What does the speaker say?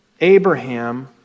Abraham